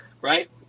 right